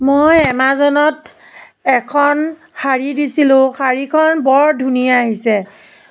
মই এমাজনত এখন শাড়ী দিছিলো শাড়ীখন বৰ ধুনীয়া আহিছে